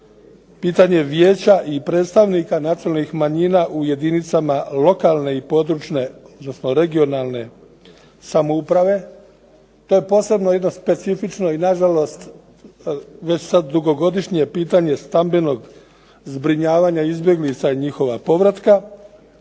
pitanje vijeća i predstavnika nacionalnih manjina u jedinicama lokalne i područne odnosno regionalne samouprave. To je posebno jedno specifično i nažalost već sad dugogodišnje pitanje stambenog zbrinjavanja izbjeglica i njihova povratka,